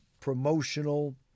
promotional